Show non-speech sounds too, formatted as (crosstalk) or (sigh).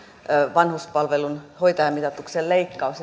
vanhuspalveluiden hoitajamitoituksen leikkaus (unintelligible)